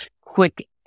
quick